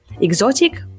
Exotic